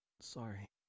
Sorry